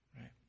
right